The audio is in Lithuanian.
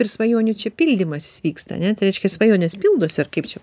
ir svajonių čia pildymasis vyksta ane tai reiškia svajonės pildosi ar kaip čia